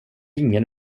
ingen